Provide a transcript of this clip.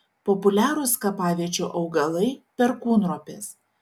populiarūs kapaviečių augalai perkūnropės